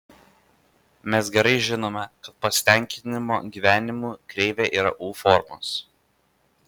mes gerai žinome kad pasitenkinimo gyvenimu kreivė yra u formos